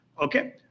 Okay